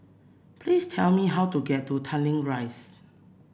please tell me how to get to Tanglin Rise